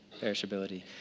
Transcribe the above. perishability